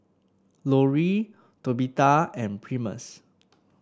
Lori Tabitha and Primus